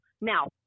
now